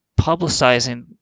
Publicizing